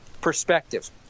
perspective